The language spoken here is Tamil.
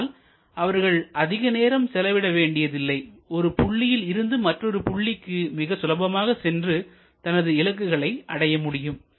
இதனால் அவர்கள் அதிக நேரம் செலவிட வேண்டியதில்லை ஒரு புள்ளியில் இருந்து மற்றொரு புள்ளிக்கு மிக சுலபமாக சென்று தனது இலக்குகளை அடைய முடியும்